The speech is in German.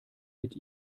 mit